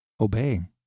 obeying